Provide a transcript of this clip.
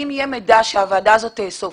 הרעיון של הוועדה הזאת הוא לאסוף